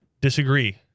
disagree